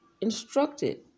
instructed